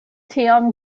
tiam